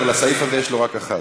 לסעיף הזה יש לו רק אחת.